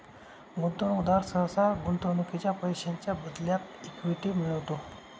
गुंतवणूकदार सहसा गुंतवणुकीच्या पैशांच्या बदल्यात इक्विटी मिळवतो